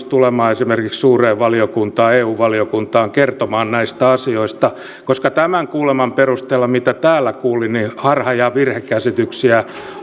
tulemaan esimerkiksi suureen valiokuntaan eu valiokuntaan kertomaan näistä asioista koska tämän kuuleman perusteella mitä täällä kuulin harha ja virhekäsityksiä